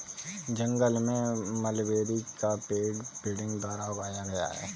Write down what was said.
जंगल में मलबेरी का पेड़ बडिंग द्वारा उगाया गया है